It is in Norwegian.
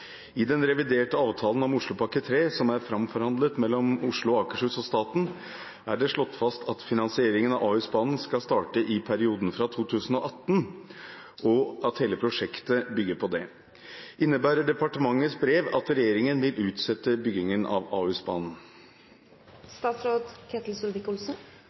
I den reviderte avtalen om Oslopakke 3, som er framforhandlet mellom Oslo og Akershus og staten, er det slått fast at finansieringen av Ahusbanen skal starte i perioden fra 2018, og at hele prosjektet bygger på det. Innebærer departementets brev at regjeringen vil utsette byggingen av